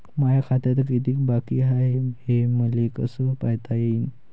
माया खात्यात कितीक बाकी हाय, हे मले कस पायता येईन?